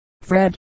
Fred